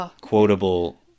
quotable